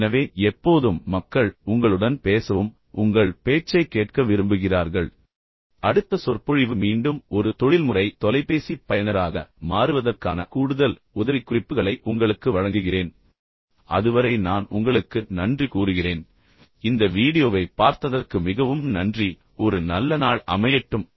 எனவே எப்போதும் மக்கள் உங்களுடன் பேச விரும்புகிறார்கள் எப்போதும் மக்கள் உங்கள் பேச்சைக் கேட்க விரும்புகிறார்கள் அடுத்த சொற்பொழிவு மீண்டும் ஒரு தொழில்முறை தொலைபேசி பயனராக மாறுவதற்கான கூடுதல் உதவிக்குறிப்புகளை உங்களுக்கு வழங்குகிறேன் அதுவரை நான் உங்களுக்கு நன்றி கூறுகிறேன் இந்த வீடியோவைப் பார்த்ததற்கு மிகவும் நன்றி ஒரு நல்ல நாள் அமையட்டும்